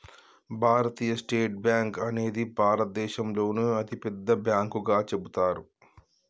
భారతీయ State Bank అనేది భారతదేశంలోనే అతిపెద్ద బ్యాంకుగా చెబుతారు